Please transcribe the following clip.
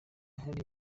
hari